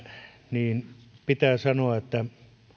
pitää sanoa että